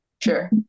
Sure